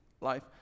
life